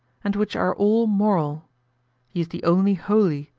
and which are all moral he is the only holy,